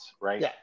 right